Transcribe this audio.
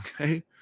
Okay